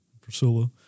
Priscilla